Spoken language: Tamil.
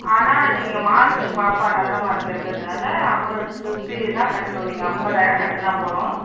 ஆனால் நீங்கள் மார்க்கு பாப்பா நல்ல மார்க்கு எடுத்ததுனால் ஐம்பது ஃபிஃப்டி தான் கட்டணும் நீங்கள் ஐம்பதாயரம் கட்டினா போதும்